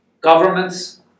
governments